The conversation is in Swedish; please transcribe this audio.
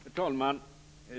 Herr talman!